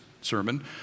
sermon